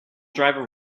driver